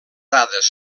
dades